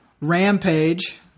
Rampage